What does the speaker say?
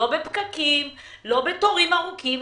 לא בפקקים ולא בתורים ארוכים.